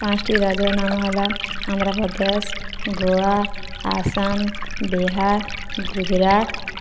ପାଞ୍ଚୋଟି ରାଜ୍ୟର ନାମ ହେଲା ଆନ୍ଧ୍ରାପ୍ରଦେଶ ଗୋଆ ଆସାମ ବିହାର ଗୁଜୁରାଟ